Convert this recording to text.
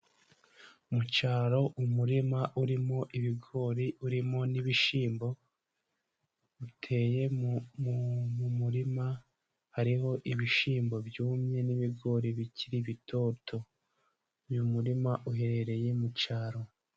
Mu cyaro umurima urimo ibigori, urimo n'ibishyimbo biteye mu muririma, hariho ibishyimbo byumye n'ibigori bikiri bitoto. Uyu muririma uherereye mu cyaro.